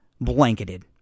blanketed